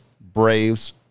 Braves